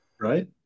right